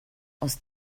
aus